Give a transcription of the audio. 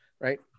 right